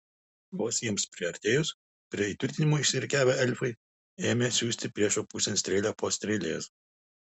vos jiems priartėjus prie įtvirtinimų išsirikiavę elfai ėmė siųsti priešo pusėn strėlę po strėlės